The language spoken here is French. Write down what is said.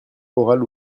oral